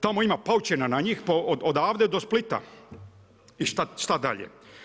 Tamo ima paučina na njih, odavde do Splita i što dalje?